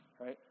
right